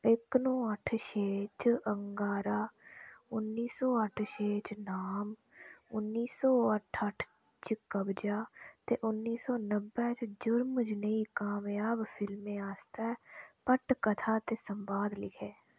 इक नौ अट्ठ छे च अंगारा उन्नी सौ अट्ठ छे च नाम उन्नी सौ अट्ठ अट्ठ च कब्ज़ा ते उन्नी सौ नब्बै च जुर्म जनेही कामजाब फिल्में आस्तै पटकथा ते संवाद लिखे